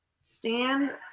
Stand